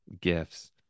gifts